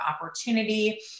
opportunity